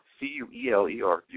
C-U-E-L-E-R